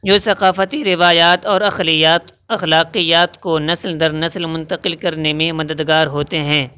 جو ثقافتی روایات اور اخلاقیات کو نسل در نسل منتقل کرنے میں مددگار ہوتے ہیں